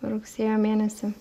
rugsėjo mėnesį